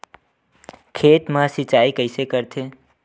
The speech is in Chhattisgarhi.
खेत मा सिंचाई कइसे करथे?